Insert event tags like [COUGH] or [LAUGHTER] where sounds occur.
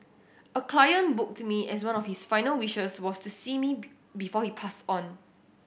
a client booked me as one of his final wishes was to see me [UNINTELLIGIBLE] before he passed on